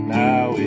now